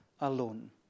alone